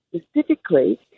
specifically